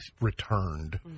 returned